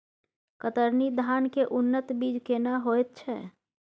कतरनी धान के उन्नत बीज केना होयत छै?